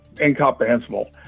incomprehensible